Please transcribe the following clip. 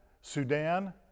Sudan